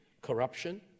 corruption